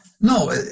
no